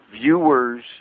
viewers